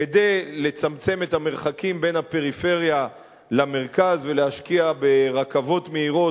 כדי לצמצם את המרחקים בין הפריפריה למרכז ולהשקיע ברכבות מהירות,